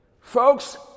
Folks